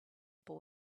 boy